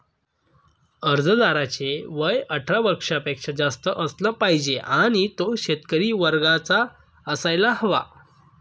अर्जदाराचे वय अठरा वर्षापेक्षा जास्त असलं पाहिजे आणि तो शेतकरी वर्गाचा असायला हवा